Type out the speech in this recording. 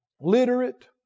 literate